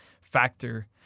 factor